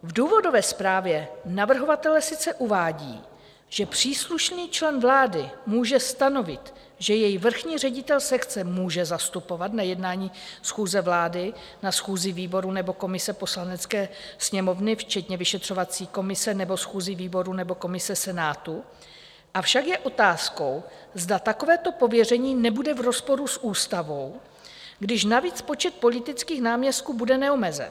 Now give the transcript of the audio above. V důvodové zprávě navrhovatelé sice uvádí, že příslušný člen vlády může stanovit, že jej vrchní ředitel sekce může zastupovat na jednání schůze vlády, na schůzi výboru nebo komise Poslanecké sněmovny, včetně vyšetřovací komise, nebo schůzi výboru nebo komise Senátu, avšak je otázkou, zda takovéto pověření nebude v rozporu s ústavou, když navíc počet politických náměstků bude neomezen.